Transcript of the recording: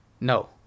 No